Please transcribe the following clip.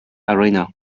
arena